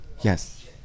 Yes